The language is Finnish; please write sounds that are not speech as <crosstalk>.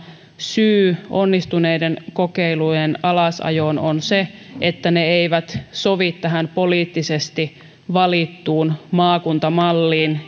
syy onnistuneiden kokeilujen alasajoon on se että ne eivät sovi tähän poliittisesti valittuun maakuntamalliin <unintelligible>